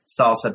salsa